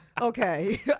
Okay